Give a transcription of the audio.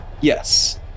Yes